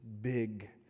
big